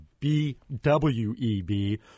BWEB